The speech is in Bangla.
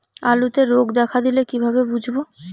আলুতে রোগ দেখা দিলে কিভাবে বুঝবো?